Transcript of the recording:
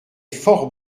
fort